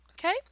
Okay